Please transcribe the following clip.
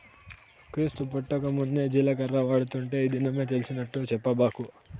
క్రీస్తు పుట్టకమున్నే జీలకర్ర వాడుతుంటే ఈ దినమే తెలిసినట్టు చెప్పబాకు